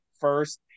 first